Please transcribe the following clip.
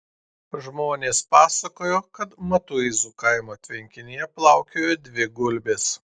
žmonės pasakojo kad matuizų kaimo tvenkinyje plaukiojo dvi gulbės